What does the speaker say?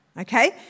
Okay